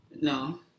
no